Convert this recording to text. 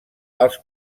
els